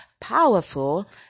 powerful